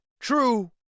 True